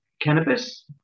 cannabis